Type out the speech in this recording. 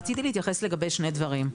רציתי להתייחס לגבי שני דברים.